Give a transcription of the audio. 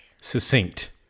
succinct